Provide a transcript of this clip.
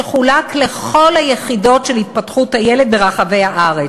שחולק לכל יחידות התפתחות הילד ברחבי הארץ,